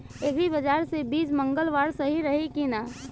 Agri bazaar से बीज मंगावल सही रही की ना?